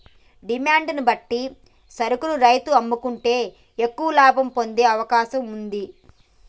demand ను బట్టి సరుకును రైతు అమ్ముకుంటే ఎక్కువ లాభం పొందే అవకాశం వుంది